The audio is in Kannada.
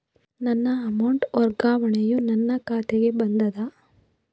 ನನ್ನ ಅಮೌಂಟ್ ವರ್ಗಾವಣೆಯು ನನ್ನ ಖಾತೆಗೆ ಬಂದದ